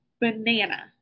Banana